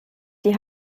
die